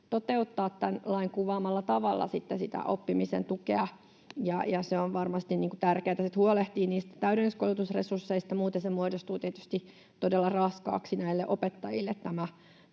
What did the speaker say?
toteuttaa tämän lain kuvaamalla tavalla sitä oppimisen tukea. Ja on varmasti tärkeätä sitten huolehtia niistä täydennyskoulutusresursseista. Muuten muodostuu tietysti todella raskaaksi näille opettajille